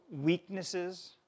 weaknesses